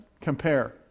Compare